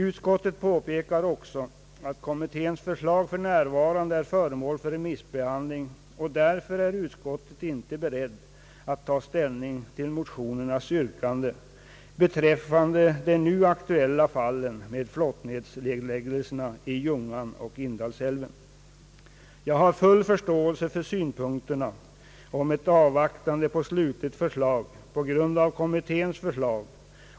Utskottet påpekar också att kommitténs förslag för närvarande är föremål för remissbehandling — därför är utskottet icke berett att ta ställning till motionärernas yrkande beträffande de nu aktuella fallen med flottledsnedläggelserna Ljungan och Indalsälven. Jag har full förståelse för synpunkterna att man skall avvakta ett slutligt förslag på grund av kommitténs betänkande.